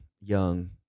young